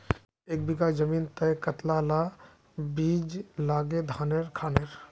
एक बीघा जमीन तय कतला ला बीज लागे धानेर खानेर?